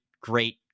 great